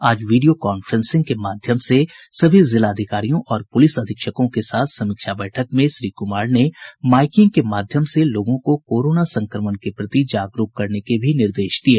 आज video conferencing के माध्यम से सभी जिलाधिकारियों और पुलिस अधीक्षकों के साथ समीक्षा बैठक में श्री कुमार ने माईकिंग के माध्यम से लोगों को कोरोना संक्रमण के प्रति जागरूक करने के भी निर्देश दिये